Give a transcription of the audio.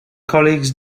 colleagues